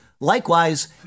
Likewise